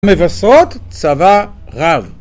מבשרות צבא רב